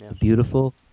beautiful